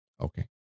Okay